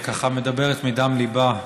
שמדברת מדם ליבה,